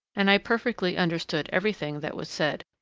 and i perfectly understood every thing that was said.